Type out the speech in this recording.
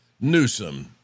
Newsom